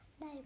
No